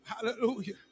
Hallelujah